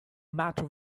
matter